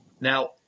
Now